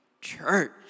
church